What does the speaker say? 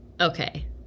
Okay